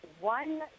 one